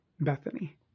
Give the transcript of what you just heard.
Bethany